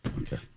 Okay